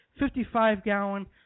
55-gallon